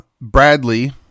Bradley